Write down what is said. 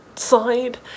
side